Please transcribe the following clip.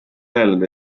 öelnud